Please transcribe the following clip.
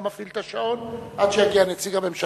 אני לא מפעיל את השעון עד שיגיע נציג הממשלה.